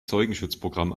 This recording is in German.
zeugenschutzprogramm